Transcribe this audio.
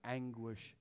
anguish